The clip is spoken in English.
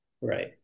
Right